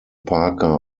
parker